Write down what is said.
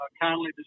Kindly